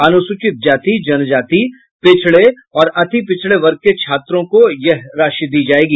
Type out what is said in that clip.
अनुसचित जाति जनजाति पिछड़े और अति पिछड़े वर्ग के छात्रों को ही यह राशि दी जायेगी